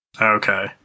Okay